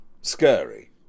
scary